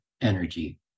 energy